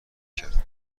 کرد